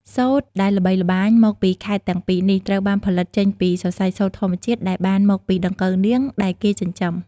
សូត្រដែលល្បីល្បាញមកពីខេត្តទាំងពីរនេះ ត្រូវបានផលិតចេញពី សរសៃសូត្រធម្មជាតិ ដែលបានមកពីដង្កូវនាងដែលគេចិញ្ចឹម។